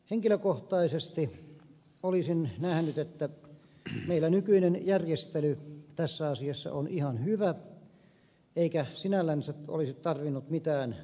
henkilökohtaisesti olisin nähnyt että meidän nykyinen järjestelymme tässä asiassa on ihan hyvä eikä sinällänsä olisi tarvinnut mitään muuttamisia